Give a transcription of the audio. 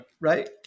right